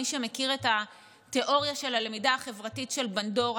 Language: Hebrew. מי שמכיר את התיאוריה של הלמידה החברתית של בנדורה,